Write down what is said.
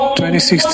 2016